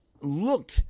look